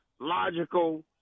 logical